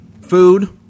Food